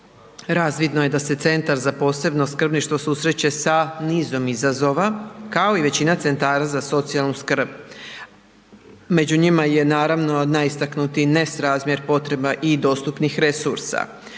razvidno je da se Centar za posebno skrbništvo susreće sa nizom izazova kao i većina centara za socijalnu skrb. Među njima je naravno najistaknutiji nerazmjer potreba i dostupnih resursa.